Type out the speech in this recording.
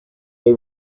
they